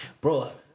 bro